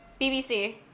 BBC